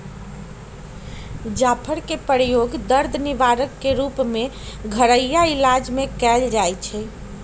जाफर कें के प्रयोग दर्द निवारक के रूप में घरइया इलाज में कएल जाइ छइ